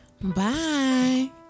Bye